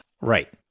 Right